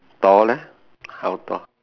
taller how tall